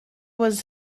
was